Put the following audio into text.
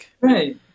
Right